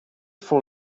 full